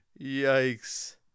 Yikes